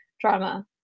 drama